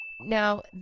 now